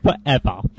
forever